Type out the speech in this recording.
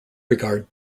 regard